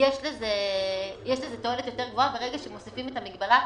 יש לזה תועלת גדולה יותר ברגע שמוסיפים את המגבלה,